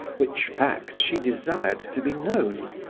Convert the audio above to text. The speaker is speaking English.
which fact she desired to be known.